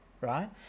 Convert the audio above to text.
right